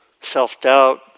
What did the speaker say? Self-doubt